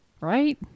Right